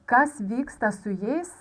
kas vyksta su jais